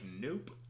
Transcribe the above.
nope